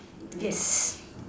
yes